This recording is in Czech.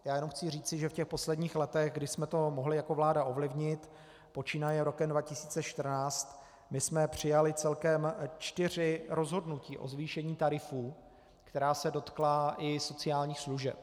Já jenom chci říci, že v posledních letech, kdy jsme to mohli jako vláda ovlivnit počínaje rokem 2014, jsme přijali celkem čtyři rozhodnutí o zvýšení tarifů, která se dotkla i sociálních služeb.